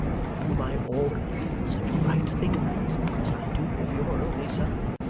of whom i augured such bright things as i do of your only son